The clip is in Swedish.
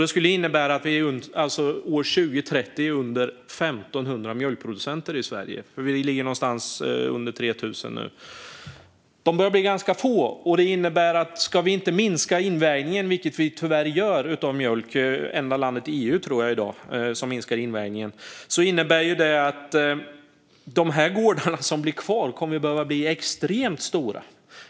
Det skulle innebära att vi år 2030 har under 1 500 mjölkproducenter i Sverige. Vi ligger någonstans under 3 000 nu. De börjar bli ganska få. Ska vi inte minska invägningen av mjölk, vilket vi tyvärr gör - jag tror att vi i dag är det enda land i EU som minskar invägningen - innebär det att de gårdar som blir kvar kommer att behöva bli extremt stora.